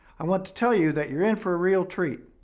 i want to tell you that you're in for a real treat.